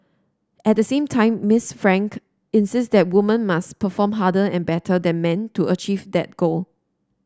at the same time Miss Frank insist that woman must perform harder and better than men to achieve that goal